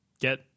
get